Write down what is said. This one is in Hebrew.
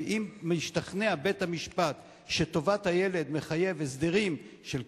ואם משתכנע בית-המשפט שטובת הילד מחייבת הסדרים של קשר,